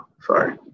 Sorry